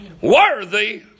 Worthy